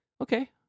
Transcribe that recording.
Okay